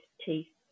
teeth